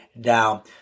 down